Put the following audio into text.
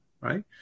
right